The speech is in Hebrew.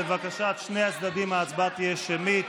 לבקשת שני הצדדים, ההצבעה תהיה שמית.